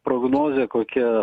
prognozė kokia